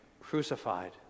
crucified